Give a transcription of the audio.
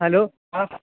hello ആ